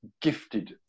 gifted